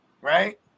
right